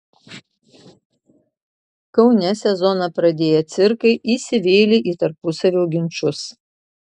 kaune sezoną pradėję cirkai įsivėlė į tarpusavio ginčus